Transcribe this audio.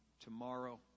tomorrow